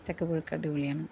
ചക്കപ്പുഴുക്ക് അടിപൊളിയാണ്